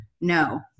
no